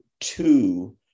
two